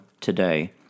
Today